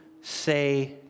say